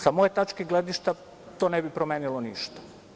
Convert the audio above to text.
Sa moje tačke gledišta, to ne bi promenilo ništa.